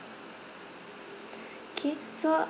okay so